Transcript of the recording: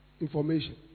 information